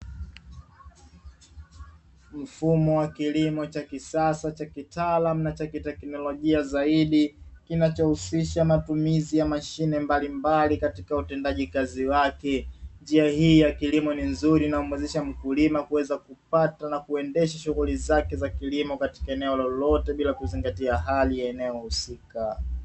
Mfumo wa kilimo cha kisasa cha kitaalamu na cha kiteknolojia zaidi, kinachohusisha matumizi ya mashine mbalimbali katika utendaji kazi wake, njia hii ya kilimo ni nzuri inamuwezesha mkulima kuweza kupata na kuendesha shughuli zake za kilimo katika eneo lolote bila kuzingatia hali ya eneo husika.